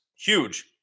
huge